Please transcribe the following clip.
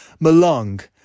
Malong